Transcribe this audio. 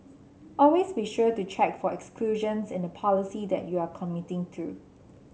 always be sure to check for exclusions in the policy that you are committing to